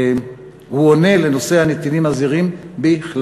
והוא עונה על נושא הנתינים הזרים בכללותו.